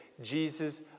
Jesus